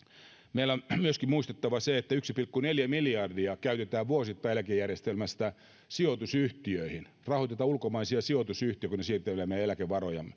meidän on muistettava myöskin se että yksi pilkku neljä miljardia käytetään vuosittain eläkejärjestelmästä sijoitusyhtiöihin rahoitetaan ulkomaisia sijoitusyhtiöitä kun ne siirtelevät meidän eläkevarojamme